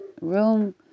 room